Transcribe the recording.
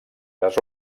les